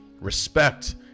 Respect